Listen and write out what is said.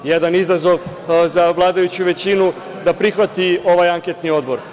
Jedan izazov za vladajuću većinu da prihvati ovaj anketni odbor.